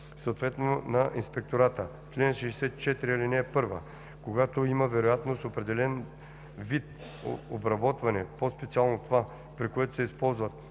съответно на инспектората. Чл. 64. (1) Когато има вероятност определен вид обработване, по-специално това, при което се използват